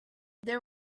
there